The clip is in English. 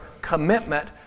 commitment